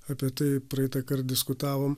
apie tai praeitą kart diskutavom